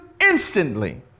instantly